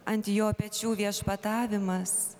ant jo pečių viešpatavimas